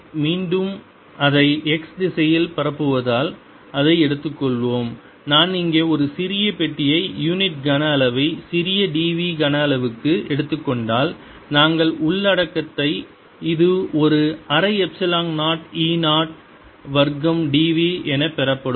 r ωt Time average140B02140E02c2140E02 Energy density in an EM wave120E02 எனவே இந்த அலை மீண்டும் அதை x திசையில் பரப்புவதால் அதை எடுத்துக்கொள்வோம் நான் இங்கே ஒரு சிறிய பெட்டியை யூனிட் கன அளவை சிறிய dv கன அளவுக்கு எடுத்துக்கொண்டால் நாங்கள் உள்ளடக்கத்தை இது ஒரு அரை எப்சிலான் 0 e 0 வர்க்கம் dv என பெறப்படும்